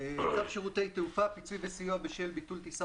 שירותי תעופה (פיצוי וסיוע בשל ביטול טיסה